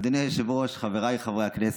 אדוני היושב-ראש, חבריי חברי הכנסת,